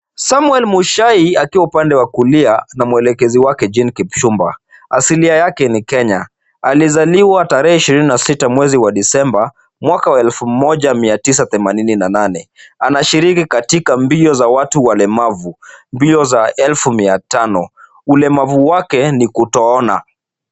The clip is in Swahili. Samuel Muchai akiwa upande wa kulia na mwelekezi wake Jane Kipchumba. Asilia yake ni Kenya, alizaliwa tarehe ishirini na sita mwezi wa disemba mwaka wa elfu moja mia tisa themanini na nane. Anashiriki katika mbio za watu walemavu, mbio za elfu mia tano. Ulemavu wake ni kutoona.